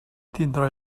tindrà